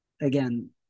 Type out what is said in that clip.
again